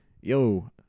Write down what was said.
Yo